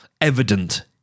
evident